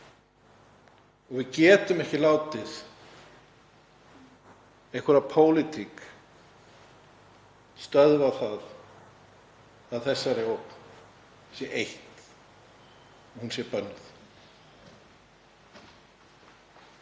og við getum ekki látið einhverja pólitík stöðva það að þessari ógn sé eytt, að hún sé bönnuð.